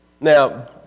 Now